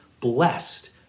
blessed